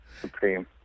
supreme